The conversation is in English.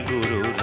Guru